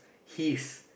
his